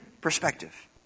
perspective